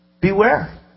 Beware